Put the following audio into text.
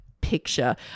Picture